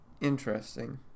Interesting